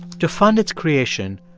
to fund its creation,